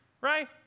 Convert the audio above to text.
right